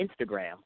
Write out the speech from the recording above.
Instagram